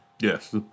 Yes